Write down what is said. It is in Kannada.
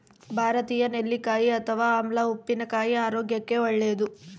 ಭಾರತೀಯ ನೆಲ್ಲಿಕಾಯಿ ಅಥವಾ ಆಮ್ಲ ಉಪ್ಪಿನಕಾಯಿ ಆರೋಗ್ಯಕ್ಕೆ ಒಳ್ಳೇದು